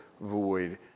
void